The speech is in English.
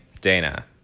Dana